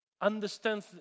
understand